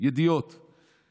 ידיעות אחרונות.